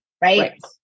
Right